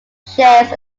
shares